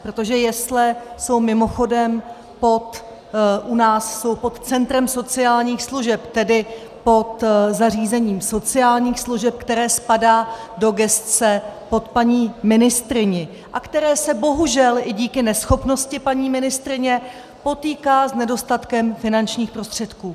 Protože jesle jsou mimochodem u nás pod centrem sociálních služeb, tedy pod zařízením sociálních služeb, které spadá do gesce pod paní ministryni a které se bohužel i díky neschopnosti paní ministryně potýká s nedostatkem finančních prostředků.